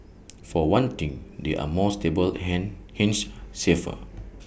for one thing they are more stable hang hence safer